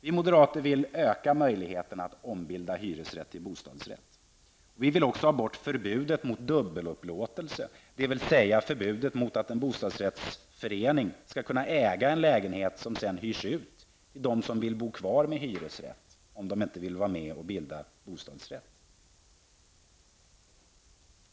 Vi moderater vill öka möjligheten att ombilda hyresrätter till bostadsrätter. Vi vill också ha bort förbudet mot dubbelupplåtelse, dvs. förbud mot att en bostadsrättsförening skall kunna äga en lägenhet som sedan hyrs ut till dem som vill bo kvar med hyresrätt, om de inte vill vara med och bilda bostadsrättsförening.